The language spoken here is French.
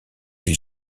ils